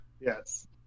Yes